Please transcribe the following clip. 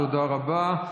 תודה רבה.